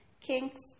Kinks